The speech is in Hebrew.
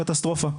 הוא קטסטרופה.